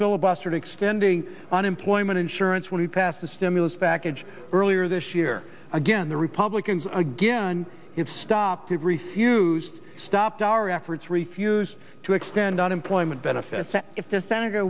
filibustered extending unemployment insurance when he passed the stimulus package earlier this year again the republicans again it stopped it refused stopped our efforts refused to extend unemployment benefits if the senator